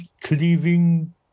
cleaving